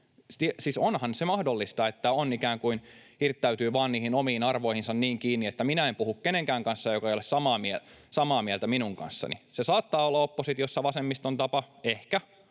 onhan se mahdollista, että ikään kuin hirttäytyy vaan niihin omiin arvoihinsa niin kiinni, että minä en puhu kenenkään sellaisen kanssa, joka ei ole samaa mieltä minun kanssani. Se saattaa olla oppositiossa vasemmiston tapa, ehkä.